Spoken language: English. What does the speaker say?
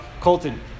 Colton